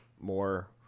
more